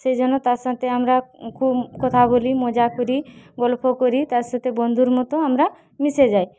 সেই জন্য তার সাথে খুব আমরা কথা বলি মজা করি গল্প করি তার সাথে বন্ধুর মতো আমরা মিশে যাই